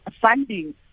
funding